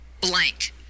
blank